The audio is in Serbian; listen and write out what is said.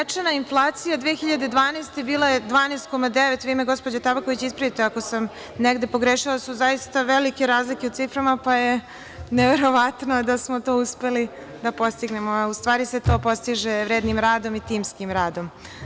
Zatečena inflacija 2012. godine bila ja 12,9, vi me gospođo Tabaković, ispravite ako sam negde pogrešila, jer su zaista velike razlike u ciframa, pa je neverovatno da smo to uspeli da postignemo, a u stvari se to postiže vrednim i timskim radom.